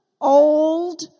old